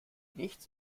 nichts